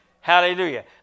Hallelujah